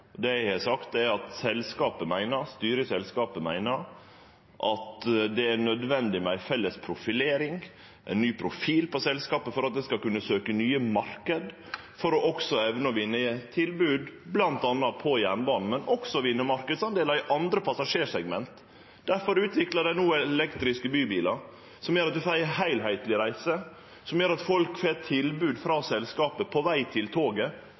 ingenting. Det eg har sagt, er at styret i selskapet meiner det er nødvendig med ei felles profilering, ein ny profil på selskapet for at det skal kunne søkje nye marknader for å evne bl.a. å vinne tilbod på jernbanen, men også å vinne marknadsdelar i andre passasjersegment. Difor utviklar dei no elektriske bybilar, som gjer at ein får ei heilskapleg reise, og at folk får tilbod frå selskapet på veg til toget,